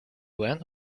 went